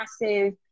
massive